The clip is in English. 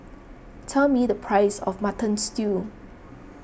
tell me the price of Mutton Stew